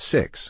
Six